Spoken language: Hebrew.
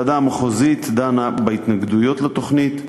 הוועדה המחוזית דנה בהתנגדויות לתוכנית,